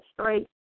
straight